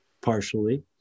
partially